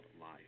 life